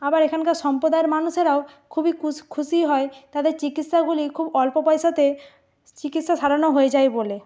আবার এখানকার সম্প্রদায়ের মানুষেরাও খুবই খুশিই হয় তাদের চিকিৎসাগুলি খুব অল্প পয়সাতে চিকিৎসা সারানো হয়ে যায় বলে